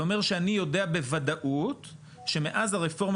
זה אומר שאני יודע בוודאות שמאז הרפורמה